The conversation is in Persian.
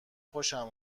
خوشم